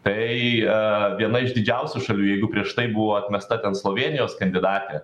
tai viena iš didžiausių šalių jeigu prieš tai buvo atmesta ten slovėnijos kandidatė